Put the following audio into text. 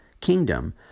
kingdom